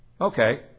Okay